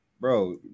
Bro